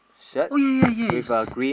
oh ya ya ya yes